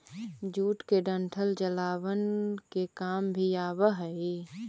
jute के डंठल जलावन के काम भी आवऽ हइ